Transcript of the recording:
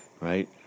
Right